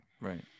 right